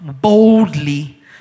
boldly